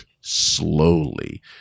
slowly